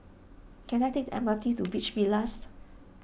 can I take the M R T to Beach Villas